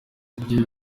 igihe